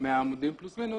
כ-100 עמודים, פלוס מינוס